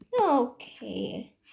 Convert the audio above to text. okay